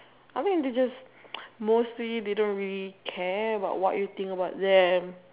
I mean they just mostly they didn't really care about what you think about them